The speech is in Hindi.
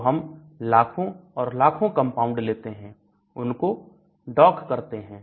तो हम लाखों और लाखों कंपाउंड लेते हैं और उनको Dock करते हैं